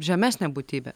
žemesnė būtybė